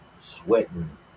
sweating